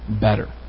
better